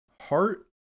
heart